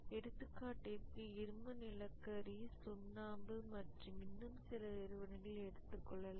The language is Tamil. எடுத்துக்காட்டிற்கு இரும்பு நிலக்கரி சுண்ணாம்பு மற்றும் இன்னும் சில நிறுவனங்களை எடுத்துக்கொள்ளலாம்